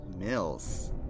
Mills